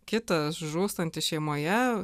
kitas žūstantis šeimoje